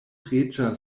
reĝa